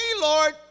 Lord